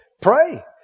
Pray